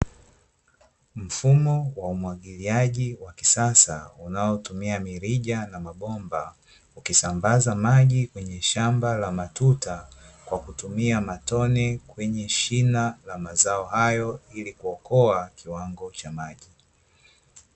Mfumo wa umwagiliaji wa kisasa unaotumia mirija na mabomba, ukisambaza maji kwenye shamba la matuta kwa kutumia matone kwenye shina la mazao hayo ili kuokoa kiwango cha maji.